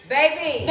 Baby